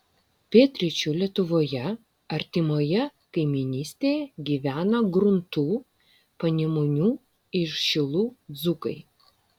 pietryčių lietuvoje artimoje kaimynystėje gyvena gruntų panemunių ir šilų dzūkai